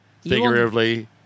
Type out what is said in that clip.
figuratively